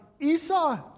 Esau